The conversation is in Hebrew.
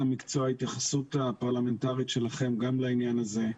המקצוע ההתייחסות הפרלמנטרית שלכם גם לעניין הזה.